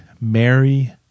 Mary